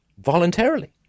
voluntarily